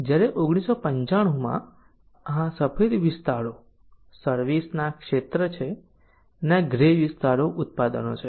જ્યારે 1995 માં આ સફેદ વિસ્તારો સર્વિસ ના ક્ષેત્ર છે અને ગ્રે વિસ્તારો ઉત્પાદનો છે